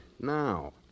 Now